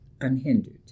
unhindered